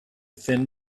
thin